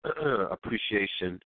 appreciation